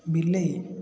ବିଲେଇ